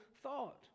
thought